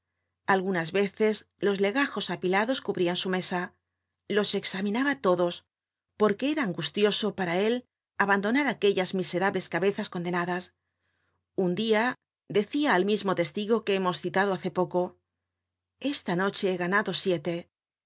algunas veces los legajos apilados cubrian su mesa los examinaba todos porque era angustioso para él abandonar aquellas miserables cabezas condenadas un dia decia al mismo testigo que hemos citado bace poco esta noche he ganado siete